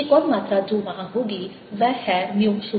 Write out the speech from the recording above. एक और मात्रा जो वहां होगी वह है म्यू 0